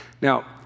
Now